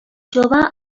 jove